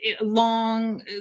long